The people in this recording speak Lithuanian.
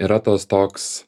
yra tas toks